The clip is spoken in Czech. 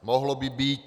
Mohlo by býti.